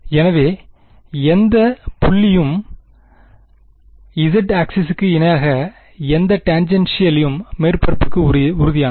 எனவேஎந்த புள்ளியும் இசட் ஆக்ஸிஸ்க்கு இணையான எந்த டேன்ஜெண்ஷியல் யும் மேற்பரப்புக்கு உறுதியானது